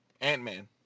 ant-man